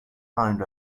behind